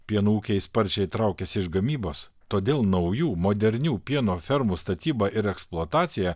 pieno ūkiai sparčiai traukiasi iš gamybos todėl naujų modernių pieno fermų statyba ir eksploatacija